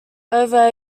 over